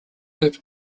good